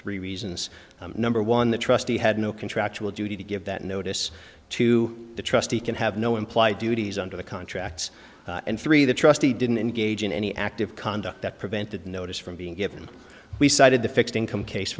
three reasons number one the trustee had no contractual duty to give that notice to the trustee can have no implied duties under the contracts and three the trustee didn't engage in any active conduct that prevented notice from being given we cited the fixed income case